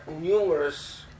numerous